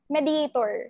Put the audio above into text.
Mediator